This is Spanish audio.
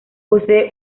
posee